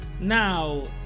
Now